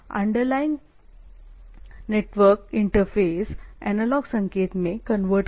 underlying network interface analog संकेत में convert करता है